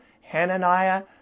Hananiah